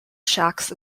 shacks